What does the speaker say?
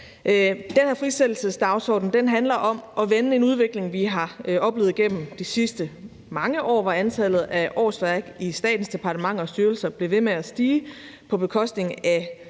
frisættelsesdagsorden handler om at vende en udvikling, vi har oplevet gennem de sidste mange år, hvor antallet af årsværk i statens departementer og styrelser blev ved med at stige på bekostning af